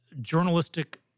journalistic